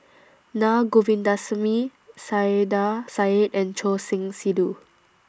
Na Govindasamy Saiedah Said and Choor Singh Sidhu